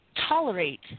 tolerate